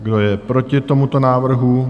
Kdo je proti tomuto návrhu?